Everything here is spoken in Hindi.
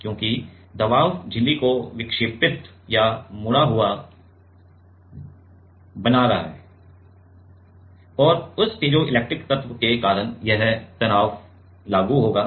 क्योंकि दबाव झिल्ली को विक्षेपित या मुड़ा हुआ बना रहा है और उस पीजोइलेक्ट्रिक तत्व के कारण यह तनाव लागू होगा